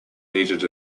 needed